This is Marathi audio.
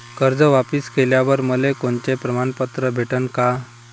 कर्ज वापिस केल्यावर मले कोनचे प्रमाणपत्र भेटन का?